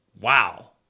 Wow